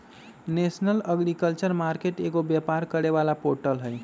national agriculture market एगो व्यापार करे वाला पोर्टल हई